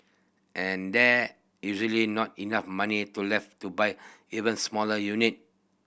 and there usually not enough money to left to buy even smaller unit